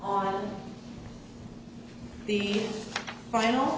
on the final